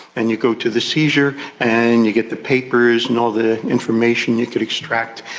and you go to the seizure and you get the papers and all the information you could extract,